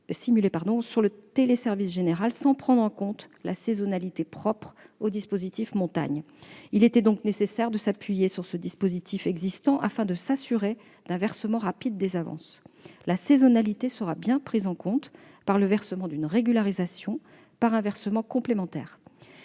sur le téléservice général, sans prendre en compte la saisonnalité propre au dispositif Montagne. Il était nécessaire de s'appuyer sur le dispositif existant afin de s'assurer d'un versement rapide des avances. La saisonnalité sera bien prise en compte par le versement d'une régularisation dès que sera calculé, pour